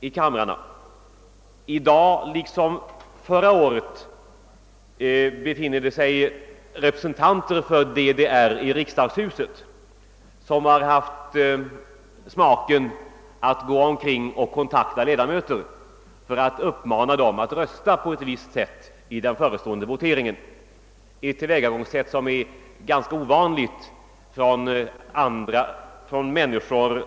I dag liksom fallet var förra året befinner sig representanter för DDR här i huset, och de har haft smaken att gå omkring och kontakta riksdagsledamöter för att uppmana dem att rösta på ett visst sätt i en eventuellt förestående votering. Det är ett tillvägagångssätt som är minst sagt ovanligt.